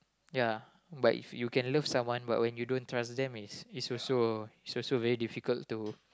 ya but if you can love someone but when you don't trust them it's it's also it's also very difficult to